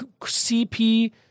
CP